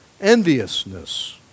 enviousness